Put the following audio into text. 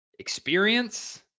experience